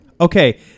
Okay